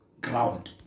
ground